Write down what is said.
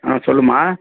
ஆ சொல்லும்மா